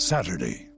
Saturday